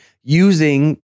using